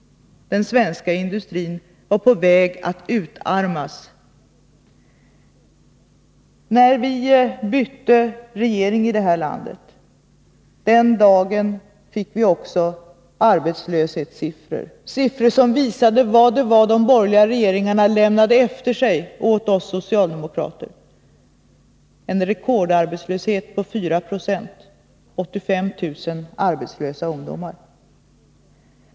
Den svenska industrin var på väg att utarmas. Den dag som vi bytte regering i detta land fick vi också arbetslöshetssiffror som visade vad det var de borgerliga regeringarna lämnade efter sig åt oss socialdemokrater — en rekordarbetslöshet på 4 26 och 85 000 arbetslösa ungdomar.